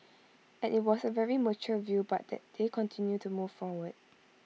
and IT was A very mature view but that they continue to move forward